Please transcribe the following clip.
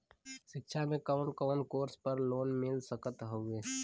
शिक्षा मे कवन कवन कोर्स पर लोन मिल सकत हउवे?